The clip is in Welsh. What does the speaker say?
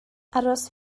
aros